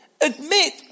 Admit